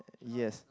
yes